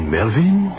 Melvin